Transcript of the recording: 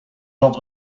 zat